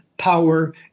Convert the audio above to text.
power